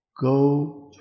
Go